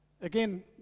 Again